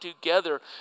together